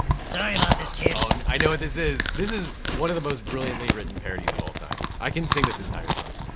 sorry about this, kids. oh and i know what this is. this is one of the most brilliantly-written parodies of all time, i can sing this entire song.